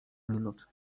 minut